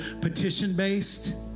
petition-based